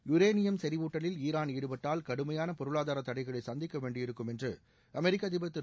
uranium செறிவூட்டலில் Iran ஈடுபட்டால் கடுமையான பொருளாதார தடைகளை கந்திக்க வேண்டியிருக்கும் என்று அமெரிக்க அதிபர் திரு